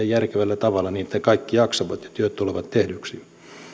järkevällä tavalla niin että kaikki jaksavat ja työt tulevat tehdyksi